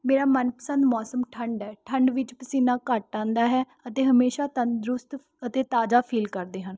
ਮੇਰਾ ਮਨਪਸੰਦ ਮੌਸਮ ਠੰਢ ਹੈ ਠੰਢ ਵਿੱਚ ਪਸੀਨਾ ਘੱਟ ਆਉਂਦਾ ਹੈ ਅਤੇ ਹਮੇਸ਼ਾ ਤੰਦਰੁਸਤ ਅਤੇ ਤਾਜ਼ਾ ਫੀਲ ਕਰਦੇ ਹਾਂ